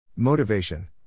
Motivation